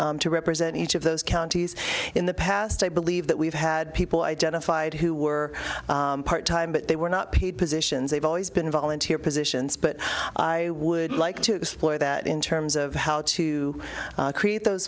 position to represent each of those counties in the past i believe that we've had people identified who were part time but they were not paid positions they've always been volunteer positions but i would like to explore that in terms of how to create those